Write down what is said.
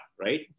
Right